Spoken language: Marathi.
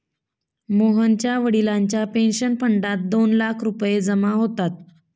मोहनच्या वडिलांच्या पेन्शन फंडात दोन लाख रुपये जमा होतात